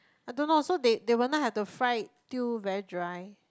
I don't know so they they will not have to fry it till very dry